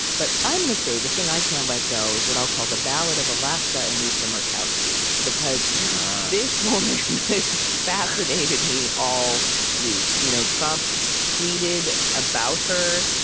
but i'm going to say, the thing i can't let go is what i'll call the ballad of alaska and lisa murkowski because this woman has fascinated me all week. you know, trump tweeted about her.